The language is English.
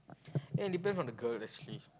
and depends on the girl actually